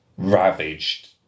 ravaged